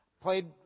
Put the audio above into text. Played